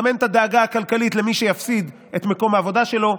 גם אין את הדאגה הכלכלית למי שיפסיד את מקום העבודה שלו,